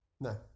No